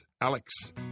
Alex